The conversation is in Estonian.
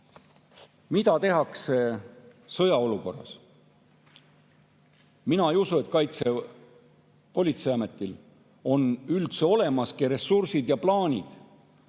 mida tehakse sõjaolukorras? Mina ei usu, et Kaitsepolitseiametil on üldse olemas ressursid ja plaanid